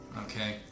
Okay